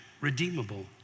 redeemable